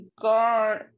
God